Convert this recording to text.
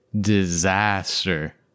disaster